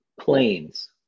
planes